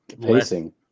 Pacing